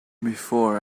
before